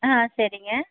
ஆ சரிங்க